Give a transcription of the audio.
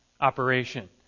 operation